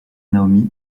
naomi